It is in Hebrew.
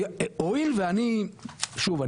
הואיל ואני שוב,